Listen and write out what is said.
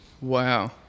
Wow